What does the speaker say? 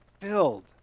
filled